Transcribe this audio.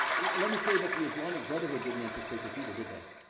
let me say that the islamic brotherhood didn't anticipate this either, did they?